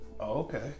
okay